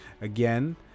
again